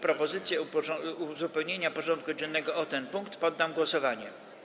Propozycję uzupełnienia porządku dziennego o ten punkt poddam pod głosowanie.